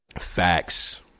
Facts